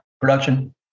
Production